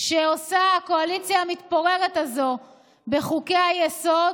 שעושה הקואליציה המתפוררת הזו בחוקי-היסוד,